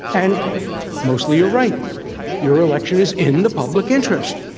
and mostly you write your reelection is in the public interest.